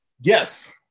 Yes